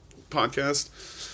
podcast